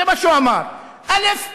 זה מה שהוא אמר, א.